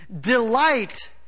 Delight